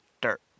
dirt